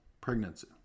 pregnancy